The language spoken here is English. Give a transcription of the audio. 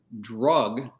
drug